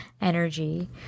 energy